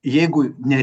jeigu ne